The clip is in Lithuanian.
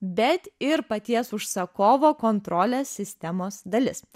bet ir paties užsakovo kontrolės sistemos dalis